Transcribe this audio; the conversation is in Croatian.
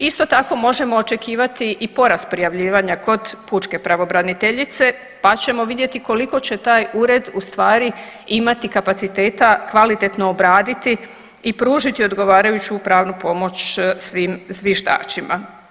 Isto tako možemo očekivati i porast prijavljivanja kod pučke pravobraniteljice pa ćemo vidjeti koliko će taj ured u stvari imati kapaciteta kvalitetno obraditi i pružiti odgovarajuću pravnu pomoć svim zviždačima.